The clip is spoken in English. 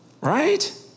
Right